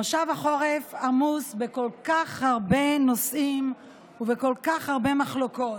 מושב החורף עמוס בכל כך הרבה נושאים ובכל כך הרבה מחלוקות.